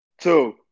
two